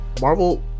Marvel